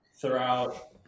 throughout